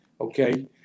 Okay